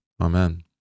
Amen